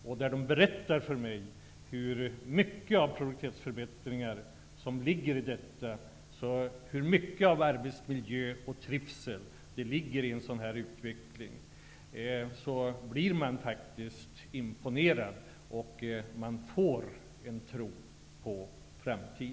Där berättar personalen då för mig hur mycket av produktivitetsförbättringar och hur mycket av arbetsmiljö och trivsel det ligger i en sådan utveckling. Man blir faktiskt imponerad och får en tro på framtiden.